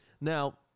Now